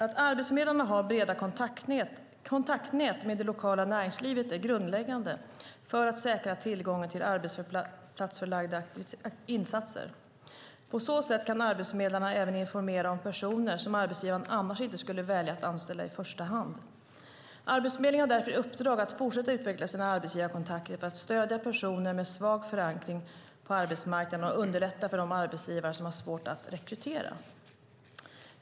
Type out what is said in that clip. Att arbetsförmedlarna har breda kontaktnät med det lokala näringslivet är grundläggande för att säkra tillgången till arbetsplatsförlagda insatser. På så sätt kan arbetsförmedlarna även informera om personer som arbetsgivaren annars inte skulle välja att anställa i första hand. Arbetsförmedlingen har därför i uppdrag att fortsätta utveckla sina arbetsgivarkontakter för att stödja personer med svag förankring på arbetsmarknaden och underlätta för de arbetsgivare som har svårt att rekrytera.